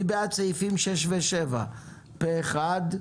מי בעד אישור סעיפים 6 ו-7 מי נגד?